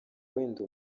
wenda